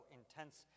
intense